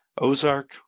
Ozark